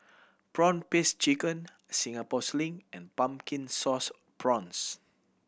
prawn paste chicken Singapore Sling and Pumpkin Sauce Prawns